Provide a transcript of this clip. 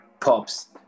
pops